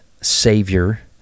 Savior